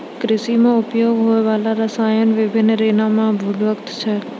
कृषि म उपयोग होय वाला रसायन बिभिन्न श्रेणी म विभक्त छै